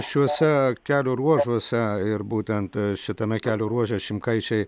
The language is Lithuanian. šiuose kelio ruožuose ir būtent šitame kelio ruože šimkaičiai